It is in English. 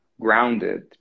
grounded